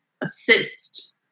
assist